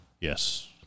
Yes